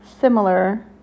similar